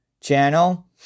Channel